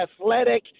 athletic